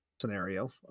scenario